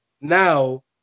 now